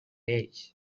ells